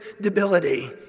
debility